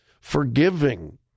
forgiving